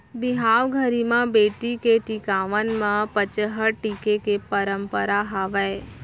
बिहाव घरी म बेटी के टिकावन म पंचहड़ टीके के परंपरा हावय